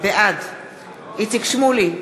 בעד איציק שמולי,